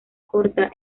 corta